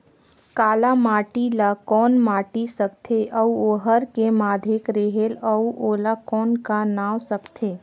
काला माटी ला कौन माटी सकथे अउ ओहार के माधेक रेहेल अउ ओला कौन का नाव सकथे?